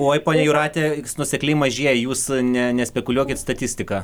oi ponia jūrate nuosekliai mažėja jūs ne nespekuliuokit statistika